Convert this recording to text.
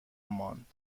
ماند